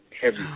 heavy